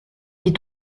des